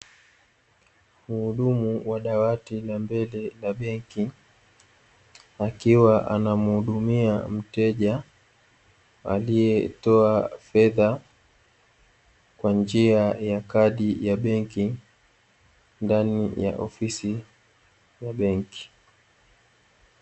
Muhudumu wa dawati la mbele la benki akiwa anamuhudumia mteja aliyetoa fedha, kwa njia ya kadi ya benki ndani ya ofisi ya benki.